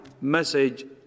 message